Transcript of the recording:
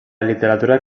literatura